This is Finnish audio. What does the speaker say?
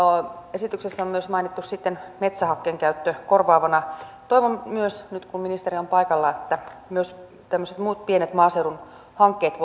esityksessä on myös mainittu sitten metsähakkeen käyttö korvaavana toivon myös nyt kun ministeri on paikalla että myös tämmöiset muut pienet maaseudun hankkeet